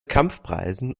kampfpreisen